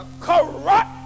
Corrupt